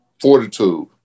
fortitude